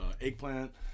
eggplant